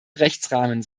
rechtsrahmen